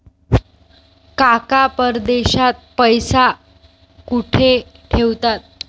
काका परदेशात पैसा कुठे ठेवतात?